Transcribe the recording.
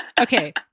Okay